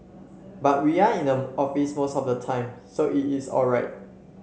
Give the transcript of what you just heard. but we are in the office most of the time so it is all right